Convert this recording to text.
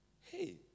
Hey